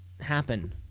happen